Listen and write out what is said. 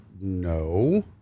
no